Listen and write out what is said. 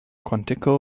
quantico